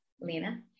Lena